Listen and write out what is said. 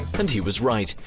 and he was right.